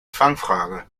fangfrage